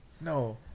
No